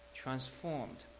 transformed